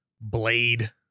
blade